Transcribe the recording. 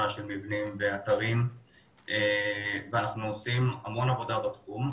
של מבנים ואתרים ואנחנו עושים המון עבודה בתחום.